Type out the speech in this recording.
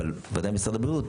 אבל ודאי משרד הבריאות,